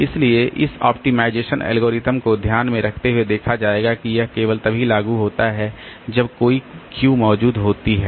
इसलिए इस optimization algorithm को ध्यान में रखते हुए देखा जाएगा कि यह केवल तभी लागू होता है जब कोई क्यू मौजूद होती है